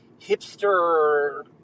hipster